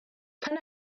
pan